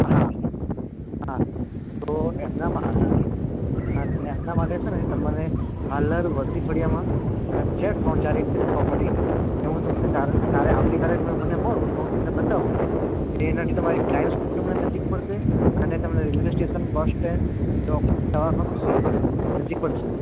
હા હા તો એમનાં હા તો એમનાં માટે છે ને તમારે હાલર વશી ફળિયામાં છે ત્રણ ચારે એક પ્રોપર્ટી એ હું તમને કાલે આવતી કાલે તમે મને મળો તો હું તમને બતાવું એનાંથી તમારે ગ્લાયન્સ નજીક પડશે અને તમને રેલવે સ્ટેસન બસ સ્ટેન્ડ દવાખાનું બધું જ નજીક પડશે